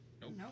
Nope